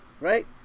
Right